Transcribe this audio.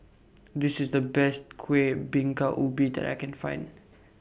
This IS The Best Kuih Bingka Ubi that I Can Find